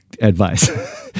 advice